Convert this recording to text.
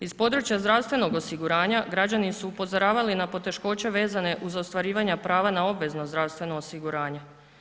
Iz područja zdravstvenog osiguranja građani su upozoravali na poteškoće vezane uz ostvarivanje prava na obvezno zdravstveno osiguranje.